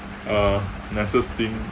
uh nicest thing